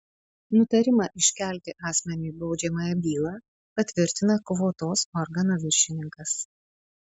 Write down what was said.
nutarimą iškelti asmeniui baudžiamąją bylą patvirtina kvotos organo viršininkas